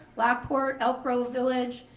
lockport, elk grove village,